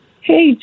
Hey